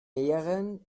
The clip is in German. mähren